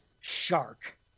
shark